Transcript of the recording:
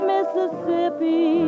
Mississippi